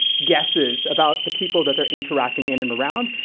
guesses about the people that they're interacting in and around.